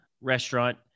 restaurant